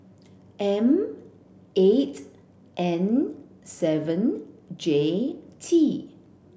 M eight N seven J T